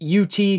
UT